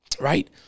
right